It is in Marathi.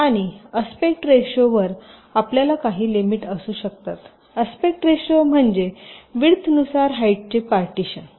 आणि आस्पेक्ट रेशो वर आपल्या काही लिमिट असू शकतात आस्पेक्ट रेशो म्हणजे विड्थ नुसार हाईटचे पार्टीशीयन